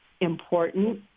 important